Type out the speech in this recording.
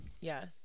Yes